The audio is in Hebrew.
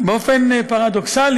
באופן פרדוקסלי,